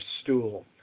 stool